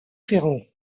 ferrand